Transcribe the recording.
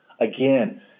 Again